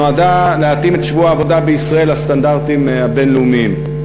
שנועד להתאים את שבוע העבודה בישראל לסטנדרטים הבין-לאומיים.